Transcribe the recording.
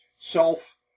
self